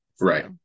Right